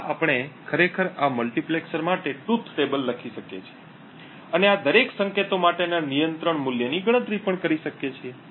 પહેલાં આપણે ખરેખર આ મલ્ટિપ્લેક્સર માટે સત્ય ટેબલ લખી શકીએ છીએ અને આ દરેક સંકેતો માટેના નિયંત્રણ મૂલ્યની ગણતરી પણ કરી શકીએ છીએ